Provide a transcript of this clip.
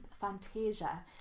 Fantasia